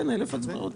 כן, אלף הצבעות.